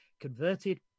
converted